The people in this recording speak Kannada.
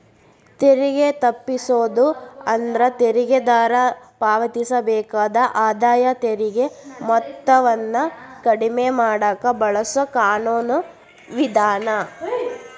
ತೆರಿಗೆ ತಪ್ಪಿಸೋದು ಅಂದ್ರ ತೆರಿಗೆದಾರ ಪಾವತಿಸಬೇಕಾದ ಆದಾಯ ತೆರಿಗೆ ಮೊತ್ತವನ್ನ ಕಡಿಮೆ ಮಾಡಕ ಬಳಸೊ ಕಾನೂನು ವಿಧಾನ